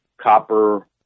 copper